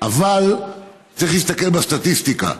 אבל צריך להסתכל בסטטיסטיקה: